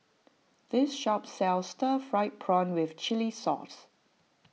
this shop sells Stir Fried Prawn with Chili Sauce